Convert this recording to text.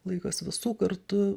laikas visų kartu